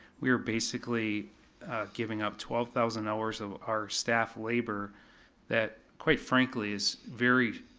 we are basically giving up twelve thousand hours of our staff labor that quite frankly is very,